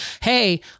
hey